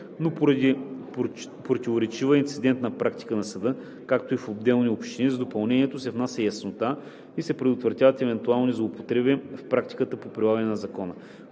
Но поради противоречива инцидентна практика на съда, както и в отделни общини, с допълнението се внася яснота и се предотвратяват евентуални злоупотреби в практиката по прилагането на Закона.